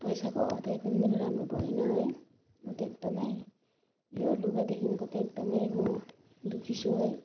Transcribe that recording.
पैसाको अदा पनि मेरो राम्रो भएन है म त एकदम यो लुगादेखिको त एकदम म दुःखी छु है